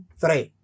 three